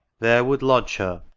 there would lodge her,